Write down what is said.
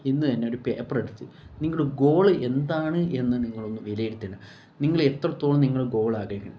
ഇന്നു തന്നെ ഒരു പേപ്പറെടുത്ത് നിങ്ങളുടെ ഗോള് എന്താണ് എന്ന് നിങ്ങളൊന്ന് വിലയിരുത്തണം നിങ്ങളെത്രത്തോളം നിങ്ങളുടെ ഗോള് ആഗ്രഹിക്കുന്നു